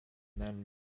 then